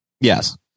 yes